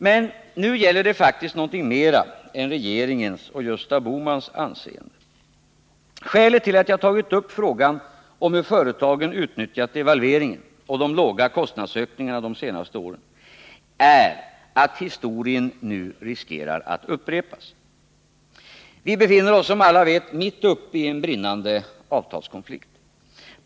Men nu gäller de faktiskt någonting mer än regeringens och Gösta Bohmans anseende. Skälet till att jag har tagit upp frågan om hur företagen utnyttjat devalveringen och de låga kostnadsökningarna de senaste åren är att det nu finns risk för att historien upprepas. Vi befinner oss som alla vet mitt uppe i en brinnande avtalskonflikt.